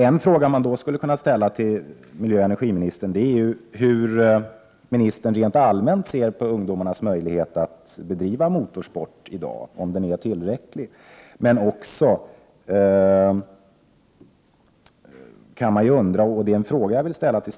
En fråga jag vill ställa är: Hur uppfattar ministern rent allmänt ungdomarnas möjlighet att bedriva motorsport i dag? Är den möjligheten tillräcklig?